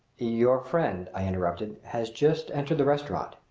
your friend, i interrupted, has just entered the restaurant.